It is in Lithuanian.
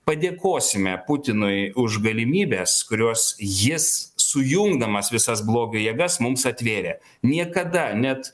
padėkosime putinui už galimybes kurios jis sujungdamas visas blogio jėgas mums atvėrė niekada net